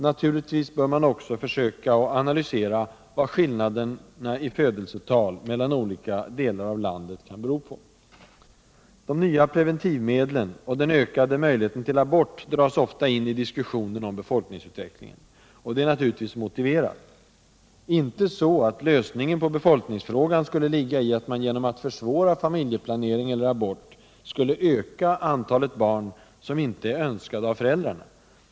Naturligtvis bör man även försöka analysera vad skillnaderna i födelsetal mellan olika delar av landet kan bero på. De nya preventivmedlen och den ökade möjligheten till abort dras ofta in i diskussionen om befolkningsutvecklingen. Det är naturligtvis motiverat. Inte så att lösningen på befolkningsfrågan skulle ligga i att man genom att försvåra familjeplanering eller abort skulle öka antalet barn som inte är önskade av föräldrarna.